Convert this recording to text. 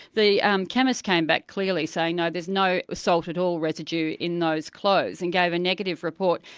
the um chemist came back clearly saying no, there's no salt at all residue in those clothes. and gave a negative report.